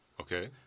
Okay